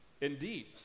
Indeed